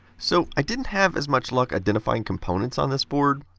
so, i didn't have as much luck identifying components on this board.